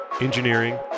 engineering